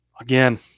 again